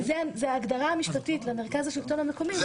זו ההגדרה המשפטית למרכז השלטון המקומי,